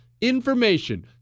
information